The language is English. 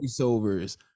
voiceovers